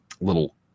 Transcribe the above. little